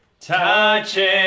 Touching